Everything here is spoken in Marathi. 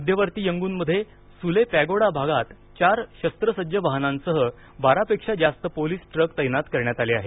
मध्यवर्ती यंगूनमध्ये सुले पॅगोडा भागात चार शस्त्रसज्ज वाहनांसह बारापेक्षा जास्त पोलिस ट्रक तैनात करण्यात आले आहेत